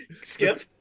Skip